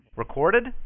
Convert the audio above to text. Recorded